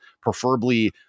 Preferably